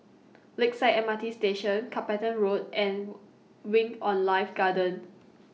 Lakeside M R T Station Carpenter Road and Wing on Life Garden